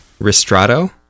Ristrato